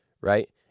right